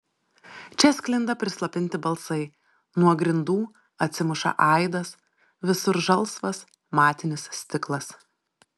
čia sklinda prislopinti balsai nuo grindų atsimuša aidas visur žalsvas matinis stiklas